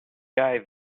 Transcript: guy